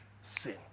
sin